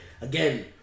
again